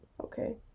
Okay